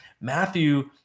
Matthew